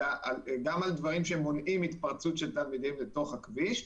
אלא גם על דברים שמונעים התפרצות של תלמידים לתוך הכביש.